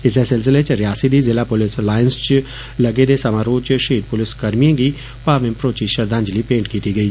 इसै सिलसिले च रियासी दी जिला पुलिस लाइन्स च लग्गे दे समारोह च शहीद पुलिस कर्मियें गी भावें मरोची श्रद्वांजलि भेंट कीती गेई